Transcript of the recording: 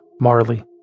Marley